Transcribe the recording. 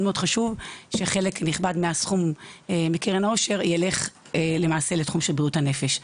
מאוד חשוב שחלק נכבד מהסכום מקרן העושר יילך לתחום של בריאות הנפש.